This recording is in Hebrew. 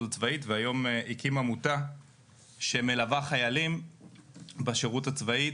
הצבאית והיום הקים עמותה שמלווה חיילים בשירות הצבאי,